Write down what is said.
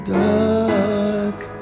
dark